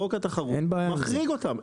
חוק התחרות מחריג אותם,